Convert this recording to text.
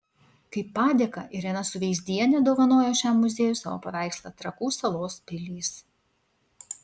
kaip padėką irena suveizdienė dovanojo šiam muziejui savo paveikslą trakų salos pilys